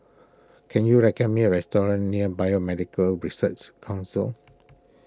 can you recommend me a restaurant near Biomedical Research Council